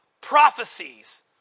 prophecies